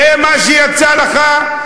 זה מה שיצא לך?